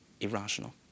irrational